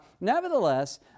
Nevertheless